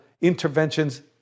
interventions